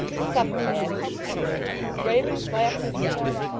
to supper, lad the raven flapped his wings,